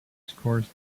scores